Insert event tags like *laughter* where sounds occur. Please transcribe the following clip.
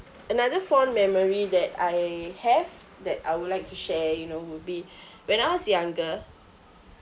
another fond memory that I have that I would like to share you know would be *breath* when I was younger